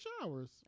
showers